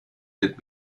mit